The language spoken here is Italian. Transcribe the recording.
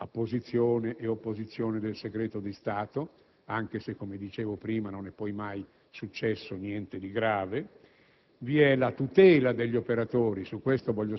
A ciò si aggiunge anche la necessità del controllo parlamentare che è stato ricordato e che certamente è auspicabile;